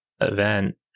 event